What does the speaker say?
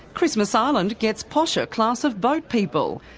christmas island gets posher class of boat people.